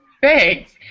Thanks